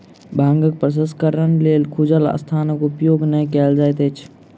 भांगक प्रसंस्करणक लेल खुजल स्थानक उपयोग नै कयल जाइत छै